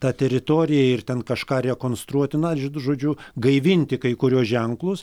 tą teritoriją ir ten kažką rekonstruoti na žodžiu gaivinti kai kuriuos ženklus